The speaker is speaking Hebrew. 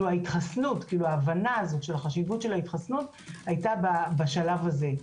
ההבנה של החשיבות של ההתחסנות היתה בשלב הזה.